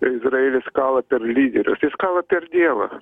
izraelis kala per lyderius jis kala per dievą